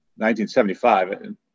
1975